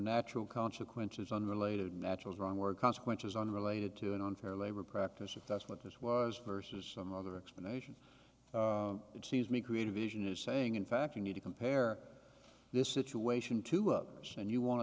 natural consequences unrelated natural wrong word consequences unrelated to an unfair labor practice if that's what this was versus some other explanation it seems me creative vision is saying in fact you need to compare this situation to others and you want